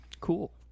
Cool